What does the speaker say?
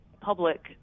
public